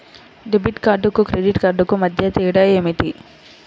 Debit కార్డుకు credit కార్డుకు మధ్య తేడా ఏమిటీ?